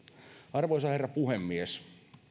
arvoisa herra puhemies